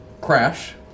Crash